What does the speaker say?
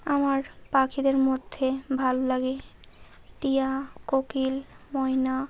আমার পাখিদের মধ্যে ভালো লাগে টিয়া কোকিল ময়না